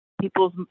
people's